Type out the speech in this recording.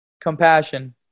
compassion